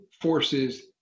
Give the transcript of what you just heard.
forces